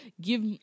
Give